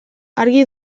argi